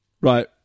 Right